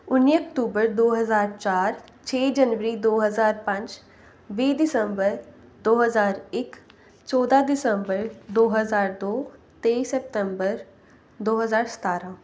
ਉੱਨੀ ਅਕਤੂਬਰ ਦੋ ਹਜ਼ਾਰ ਚਾਰ ਛੇ ਜਨਵਰੀ ਦੋ ਹਜ਼ਾਰ ਪੰਜ ਵੀਹ ਦਸੰਬਰ ਦੋ ਹਜ਼ਾਰ ਇੱਕ ਚੌਦਾਂ ਦਸੰਬਰ ਦੋ ਹਜ਼ਾਰ ਦੋ ਤੇਈ ਸਤੰਬਰ ਦੋ ਹਜ਼ਾਰ ਸਤਾਰਾਂ